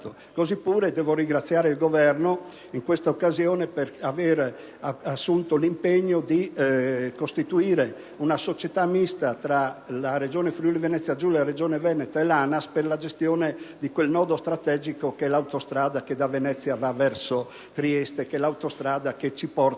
Così pure devo ringraziare il Governo in questa occasione per aver assunto l'impegno di costituire una società mista tra la Regione Friuli-Venezia Giulia, Regione Veneto e ANAS per la gestione di quel nodo strategico, che è l'autostrada che da Venezia va verso Trieste e che è l'autostrada che ci collega